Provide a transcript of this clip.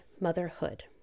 motherhood